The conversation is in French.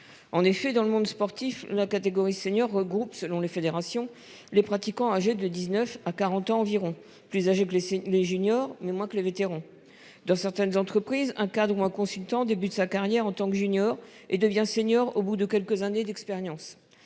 En effet, dans le monde sportif. La catégorie senior regroupe selon les fédérations, les pratiquants âgés de 19 à 40 ans environ plus âgées blessées. Les juniors mais moins que le vétéran dans certaines entreprises un cadre ou un consultant début de sa carrière en tant que junior et devient senior au bout de quelques années d'expérience.